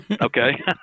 Okay